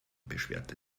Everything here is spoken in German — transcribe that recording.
beschwerte